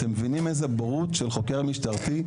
אתם מבינים איזה בורות של חוקר משטרתי,